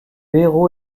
héros